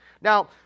Now